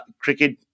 cricket